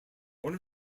one